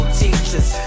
teachers